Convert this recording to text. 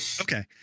okay